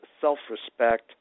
self-respect